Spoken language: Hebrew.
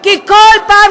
אי-אפשר לצפות,